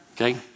Okay